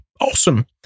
Awesome